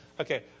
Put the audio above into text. Okay